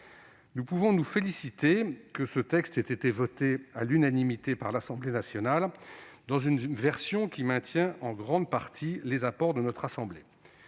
Nous pouvons nous féliciter que texte ait été voté à l'unanimité par l'Assemblée nationale, dans une version qui maintient en grande partie les apports de notre assemblée.